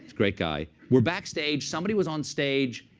great guy. we're backstage. somebody was on stage.